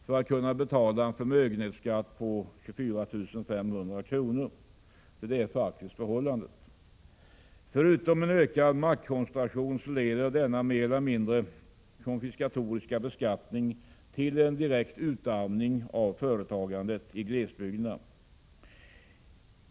för att kunna betala en förmögenhetsskatt på 24 500 kr.? Så förhåller det sig faktiskt. Förutom att den skapar en ökad maktkoncentration leder denna mer eller mindre konfiskatoriska beskattning till en direkt utarmning av företagandet i glesbygderna.